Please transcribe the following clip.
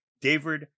David